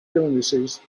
illnesses